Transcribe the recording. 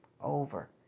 over